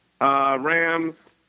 Rams